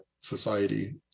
society